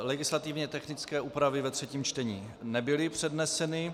Legislativně technické úpravy ve třetím čtení nebyly předneseny.